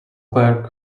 clarke